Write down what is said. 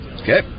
Okay